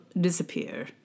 disappear